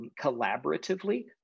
collaboratively